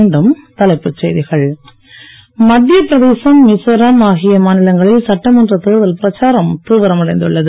மீண்டும் தலைப்புச் செய்திகள் மத்திய பிரதேசம் மிசோரம் ஆகிய மாநிலங்களில் சட்டமன்ற தேர்தல் பிரச்சாரம் தீவிரம் அடைந்துள்ளது